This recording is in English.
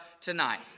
tonight